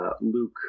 Luke